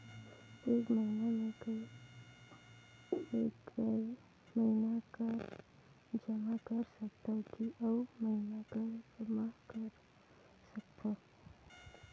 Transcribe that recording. एक महीना मे एकई महीना कर जमा कर सकथव कि अउ महीना कर जमा कर सकथव?